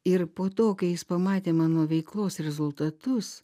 ir po to kai jis pamatė mano veiklos rezultatus